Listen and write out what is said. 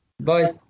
bye